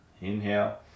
Inhale